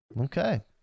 Okay